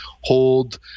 hold